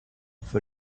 für